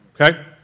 Okay